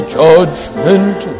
judgment